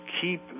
keep